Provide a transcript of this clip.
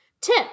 Tip